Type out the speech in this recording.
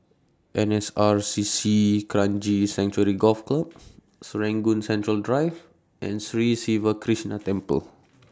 N S R C C Kranji Sanctuary Golf Club Serangoon Central Drive and Sri Siva Krishna Temple